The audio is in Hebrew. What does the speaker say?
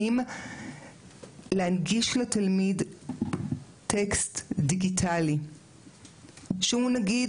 האם להנגיש לתלמיד טקסט דיגיטלי שהוא נגיד